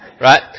Right